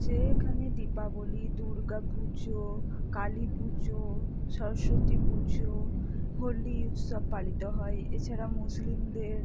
যে এখানে দীপাবলি দুর্গা পুজো কালী পুজো সরস্বতী পুজো হোলি উৎসব পালিত হয় এছাড়া মুসলিমদের